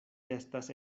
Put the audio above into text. estas